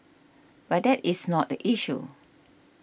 but that is not the issue